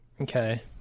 Okay